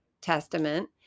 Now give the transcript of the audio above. testament